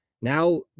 Now